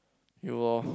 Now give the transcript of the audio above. you orh